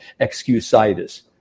excusitis